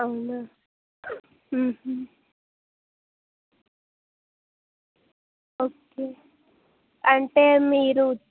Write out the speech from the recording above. అవునా ఓకే అంటే మీరు